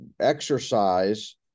exercise